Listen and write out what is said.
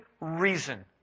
reason